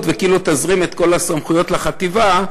וכאילו תזרים את כל הסמכויות לחטיבה,